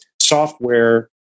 software